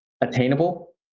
attainable